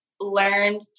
learned